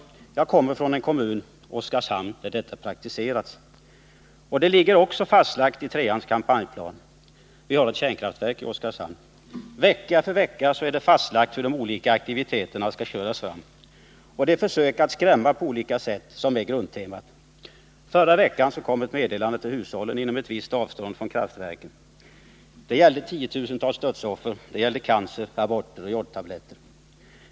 Jag kommer från en kommun — Oskarshamn — där detta har praktiserats. Det är också fastlagt i linje 3:s kampanjplan. Vi har ett kärnkraftverk i Oskarshamn. Vecka för vecka är det fastlagt hur de olika aktiviteterna skall köras fram, och det är försök att skrämma på olika sätt som är grundtemat. Förra veckan kom ett meddelande till hushållen inom ett visst avstånd från kraftverken. Det handlade om tiotusentals dödsoffer, Nr 93 cancer, aborter och jodtabletter.